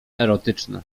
erotyczne